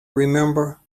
remember